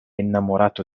innamorato